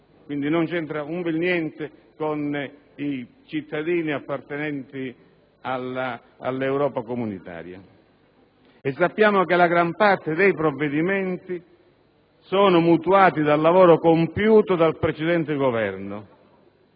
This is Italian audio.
quindi non c'entra affatto con i cittadini appartenenti all'Europa comunitaria. Sappiamo che la gran parte dei provvedimenti sono mutuati dal lavoro compiuto dal precedente Governo,